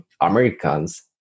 americans